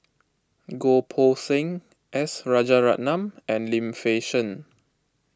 Goh Poh Seng S Rajaratnam and Lim Fei Shen